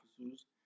officers